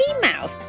mouth